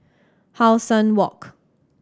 How Sun Walk